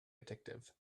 addictive